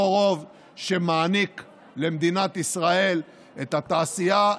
אותו רוב שמעניק למדינת ישראל את התעשייה,